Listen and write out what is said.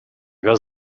goes